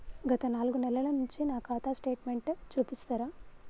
గత నాలుగు నెలల నుంచి నా ఖాతా స్టేట్మెంట్ చూపిస్తరా?